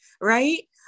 right